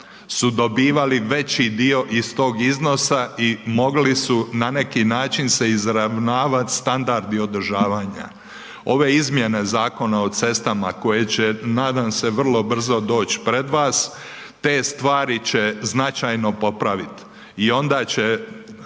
su dobivali veći dio iz tog iznosa i mogli su na neki način se izravnavat standardi održavanja. Ove izmjene Zakona o cestama koje će nadam se vrlo brzo doći pred vas te stvari će značajno popravit i onda će